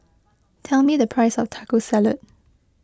tell me the price of Taco Salad